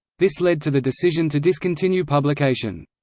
this led to the decision to discontinue publication.